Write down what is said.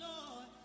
Lord